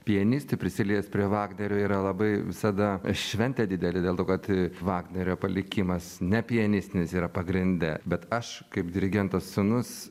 pianistui prisiliest prie vagnerio yra labai visada šventė didelė dėl to kad vagnerio palikimas ne pianistinis yra pagrinde bet aš kaip dirigento sūnus